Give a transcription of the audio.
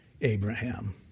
Abraham